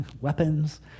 weapons